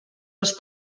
els